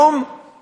לפני האסון.